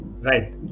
right